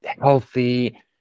healthy